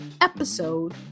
episode